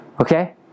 okay